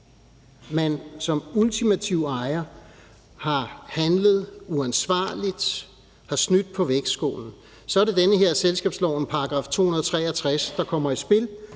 man som ultimativ ejer har handlet uansvarligt eller har snydt på vægtskålen, for så er det selskabslovens § 263, der kommer i spil.